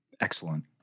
Excellent